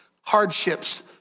hardships